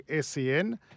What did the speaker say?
SEN